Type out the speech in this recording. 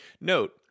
Note